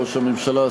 ראש הממשלה,